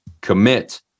Commit